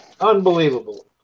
Unbelievable